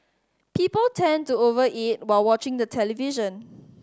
people tend to over eat while watching the television